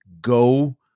go